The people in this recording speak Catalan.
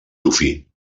dofí